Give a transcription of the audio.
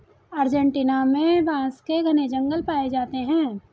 Argentina में बांस के घने जंगल पाए जाते हैं